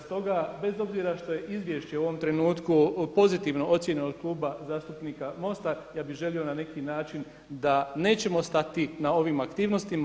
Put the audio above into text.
Stoga bez obzira što je izvješće u ovom trenutku pozitivna ocjena od Kluba zastupnika MOST-a, ja bih želio na neki način da nećemo stati na ovim aktivnostima.